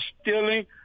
stealing